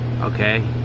okay